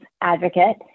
Advocate